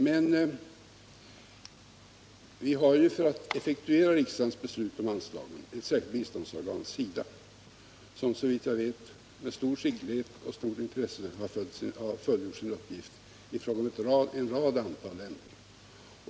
Men vi har för att effektuera riksdagens beslut om anslag ett särskilt biståndsorgan, SIDA, som såvitt jag vet med stor skicklighet och stort intresse fullgör sin uppgift i ett stort antal länder.